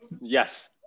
Yes